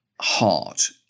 heart